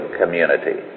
community